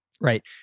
right